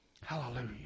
hallelujah